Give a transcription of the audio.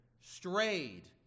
strayed